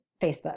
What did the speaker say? Facebook